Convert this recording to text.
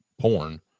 porn